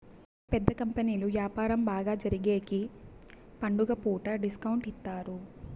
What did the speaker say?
పెద్ద కంపెనీలు వ్యాపారం బాగా జరిగేగికి పండుగ పూట డిస్కౌంట్ ఇత్తారు